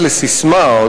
קצת לססמה,